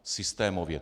Systémově.